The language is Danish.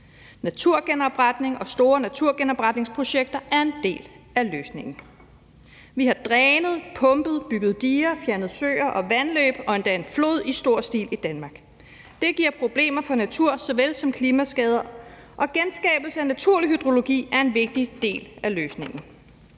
Naturgenopretning og store naturgenopretningsprojekter er en del af løsningen. Vi har drænet, pumpet, bygget diger, fjernet søer og vandløb og endda en flod i stor stil i Danmark. Det giver problemer for natur såvel som klimaskader, og genskabelse af naturlig hydrologi er en vigtig del af løsningen.